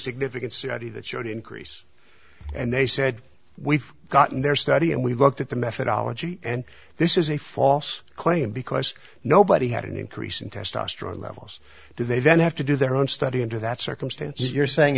significant study that showed increase and they said we've gotten their study and we've looked at the methodology and this is a false claim because nobody had an increase in testosterone levels do they then have to do their own study into that circumstance you're saying